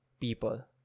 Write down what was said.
people